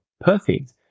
perfect